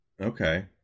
Okay